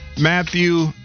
Matthew